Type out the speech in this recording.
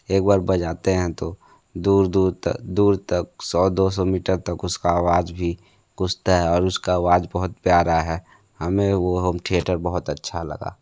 एक बार बजाते है तो दूर दूर तक दूर तक सौ दो सौ मीटर तक उसका अवाज़ भी गूंजता है और उसका अवाज़ बहुत प्यारा है हमें वो होम थिएटर बहुत अच्छा लगा